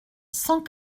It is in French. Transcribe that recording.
cent